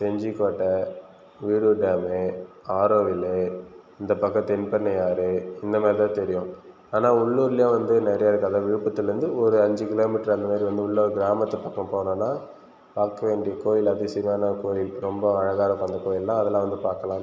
செஞ்சி கோட்டை வீடுர் டேம் ஆரோவில் இந்த பக்கம் தென்பண்ணை ஆறு இந்த மாதிரி தான் தெரியும் ஆனால் உள்ளூர்லேயே வந்து நிறைய இடம் அதாவது விழுப்புரத்துலேருந்து ஒரு அஞ்சு கிலோமீட்டர் அந்தமாதிரி வந்து உள்ளே ஒரு கிராமத்து பக்கம் போனோம்னா பார்க்க வேண்டிய கோவில் ரொம்ப அதிசயமான கோவில் பார்க்க ரொம்ப அழகாக இருக்கும் அந்த கோவில்லாம் அதல்லாம் வந்து பார்க்கலாம்